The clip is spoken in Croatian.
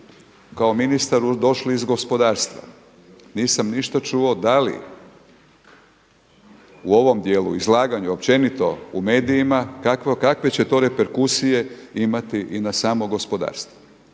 kao ministar došli iz gospodarstva, nisam ništa čuo da li u ovom dijelu izlaganja općenito u medijima kakve će to reperkusije imati i na samo gospodarstvo,